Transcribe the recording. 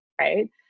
right